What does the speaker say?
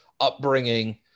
upbringing